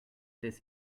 this